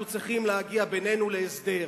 אנחנו צריכים להגיע בינינו להסדר.